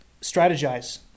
strategize